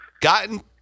gotten –